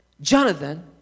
jonathan